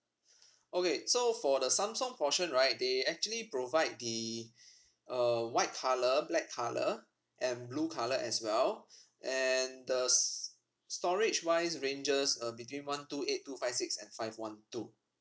okay so for the samsung portion right they actually provide the uh white colour black colour and blue colour as well and the s~ storage wise ranges uh between one two eight two five six and five one two